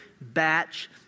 batch